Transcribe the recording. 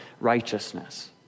righteousness